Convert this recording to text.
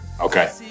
Okay